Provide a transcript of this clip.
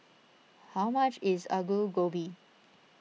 how much is Aloo Gobi